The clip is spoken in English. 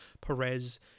Perez